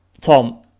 Tom